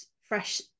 fresh